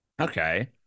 Okay